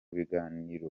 biganiro